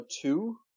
Two